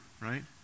right